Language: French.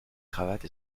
cravate